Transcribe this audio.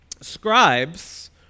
scribes